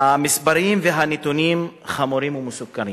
המספרים והנתונים חמורים ומסוכנים